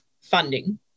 funding